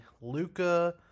Luca